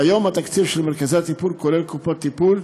כיום התקציב של מרכזי הטיפול, כולל קופות טיפול,